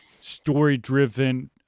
story-driven